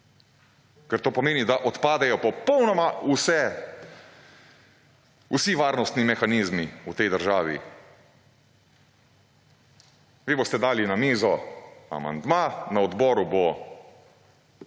Ker to pomeni, da odpadejo popolnoma vsi varnostni mehanizmi v tej državi. Vi boste dali na mizo amandma, na odboru bo